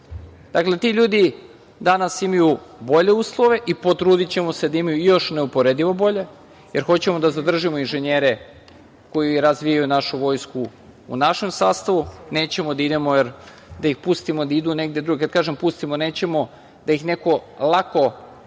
godina. Dakle, ti ljudi danas imaju bolje uslove i potrudićemo se da imaju još neuporedivo bolje, jer hoćemo da zadržimo inženjere koji razvijaju našu vojsku u našem sastavu, nećemo da ih pustimo da idu negde drugde. Kad kažem – pustimo, nećemo da ih neko lako